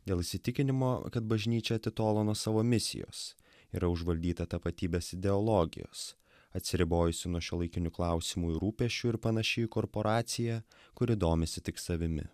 dėl įsitikinimo kad bažnyčia atitolo nuo savo misijos yra užvaldyta tapatybės ideologijos atsiribojusi nuo šiuolaikinių klausimų ir rūpesčių ir panaši į korporaciją kuri domisi tik savimi